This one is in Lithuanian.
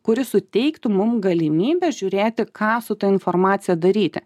kuris suteiktų mum galimybę žiūrėti ką su ta informacija daryti